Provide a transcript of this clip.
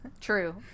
True